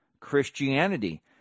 Christianity